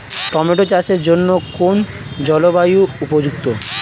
Tomato চাষের জন্য কোন জলবায়ু উপযুক্ত?